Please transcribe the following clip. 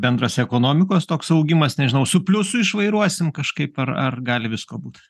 bendras ekonomikos toks augimas nežinau su pliusu išvairuosim kažkaip ar ar gali visko būt